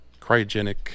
cryogenic